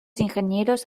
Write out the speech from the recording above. ingenieros